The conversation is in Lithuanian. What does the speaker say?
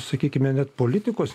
sakykime net politikos